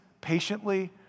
patiently